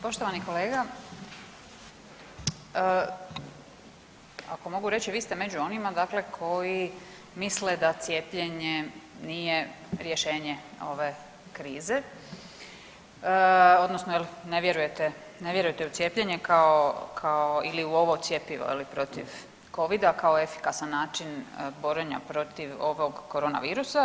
Poštovani kolega, ako mogu reći vi ste među onima dakle koji misle da cijepljenje nije rješenje ove krize odnosno jel ne vjerujete, ne vjerujete u cijepljenje kao, kao ili u ovo cjepivo je li protiv covida kao efikasan način borenja protiv ovog koronavirusa.